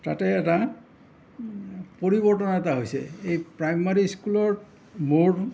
তাতে এটা পৰিৱৰ্তন এটা হৈছে এই প্ৰাইমেৰী স্কুলত মোৰ